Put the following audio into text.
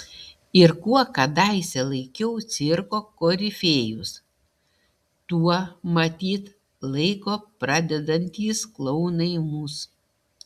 ir kuo kadaise laikiau cirko korifėjus tuo matyt laiko pradedantys klounai mus